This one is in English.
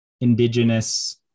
indigenous